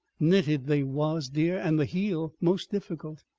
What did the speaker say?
knitted they was, dear, and the heel most difficult.